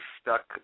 stuck